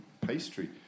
pastry